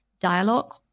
dialogue